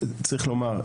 צריך לומר,